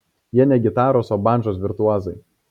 jie ne gitaros o bandžos virtuozai